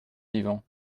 vivant